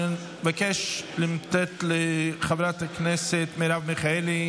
אני מבקש לתת לחברת הכנסת מרב מיכאלי